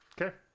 Okay